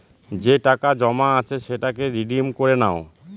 যে টাকা জমা আছে সেটাকে রিডিম করে নাও